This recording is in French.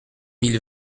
mille